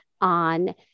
on